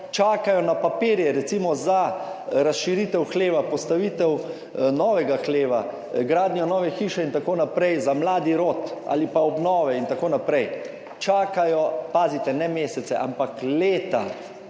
čakajo na papirje, recimo za razširitev hleva, postavitev novega hleva, gradnja nove hiše in tako naprej za mladi rod ali pa obnove in tako naprej, čakajo, pazite, ne mesece, ampak leta,